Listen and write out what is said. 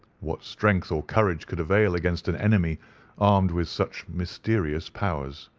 what strength or courage could avail against an enemy armed with such mysterious powers?